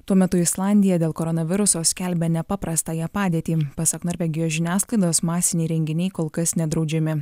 tuo metu islandija dėl koronaviruso skelbia nepaprastąją padėtį pasak norvegijos žiniasklaidos masiniai renginiai kol kas nedraudžiami